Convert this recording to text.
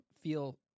feel